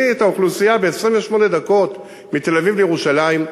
את האוכלוסייה ב-28 דקות מתל-אביב לירושלים,